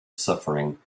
suffering